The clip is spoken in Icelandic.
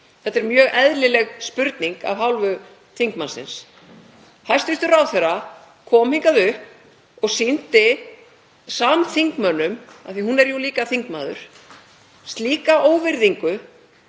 Þetta er mjög eðlileg spurning af hálfu þingmannsins. Hæstv. ráðherra kom hingað upp og sýndi samþingmönnum, af því að hún er jú líka þingmaður, slíka óvirðingu